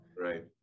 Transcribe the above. right